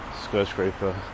skyscraper